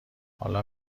حال